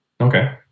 Okay